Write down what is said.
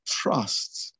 trusts